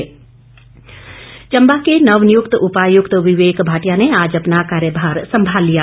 DC Chamba Chamba के नवनियुक्त उपायुक्त विवेक भाटिया ने आज अपना कार्यभार संभाल लिया